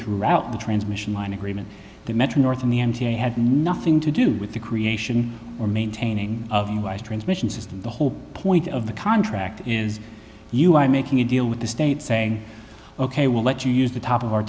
throughout the transmission line agreement to metro north and the m t a had nothing to do with the creation or maintaining of unwise transmission system the whole point of the contract is you are making a deal with the state saying ok we'll let you use the top of our